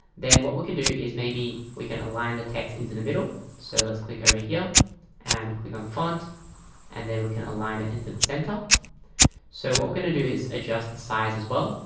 then what we could do is maybe we can align the text into the middle so let's click over here and click on font and then we can align it into the center so what we're going to do is adjust the size as well.